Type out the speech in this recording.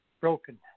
Broken